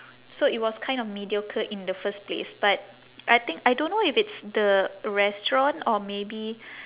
so it was kind of mediocre in the first place but I think I don't know if it's the restaurant or maybe